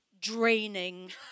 draining